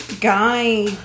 Guy